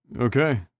Okay